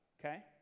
okay